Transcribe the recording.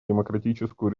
демократическую